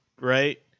right